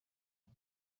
cyo